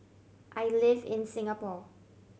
I live in Singapore